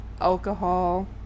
alcohol